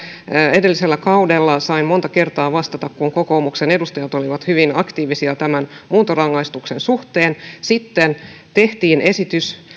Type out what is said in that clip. edellisellä kaudella sain monta kertaa vastata kun kokoomuksen edustajat olivat hyvin aktiivisia tämän muuntorangaistuksen suhteen sitten tehtiin esitys